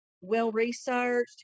well-researched